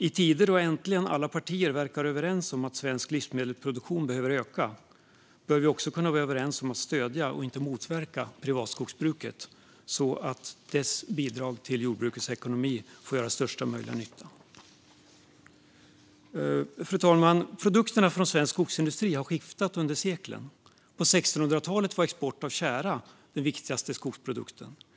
I tider då äntligen alla partier verkar vara överens om att svensk livsmedelsproduktion behöver öka bör vi också kunna vara överens om att stödja, inte motverka, privatskogsbruket så att dess bidrag till jordbrukets ekonomi får göra största möjliga nytta. Fru talman! Produkterna från svensk skogsindustri har skiftat under seklen. På 1600-talet var tjära den viktigaste exportprodukten från skogen.